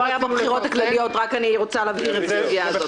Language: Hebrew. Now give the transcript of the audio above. אני רוצה רק להבהיר שאלה לא היו הבחירות הכלליות.